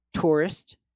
tourist